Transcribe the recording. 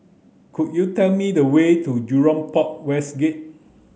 could you tell me the way to Jurong Port West Gate